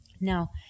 Now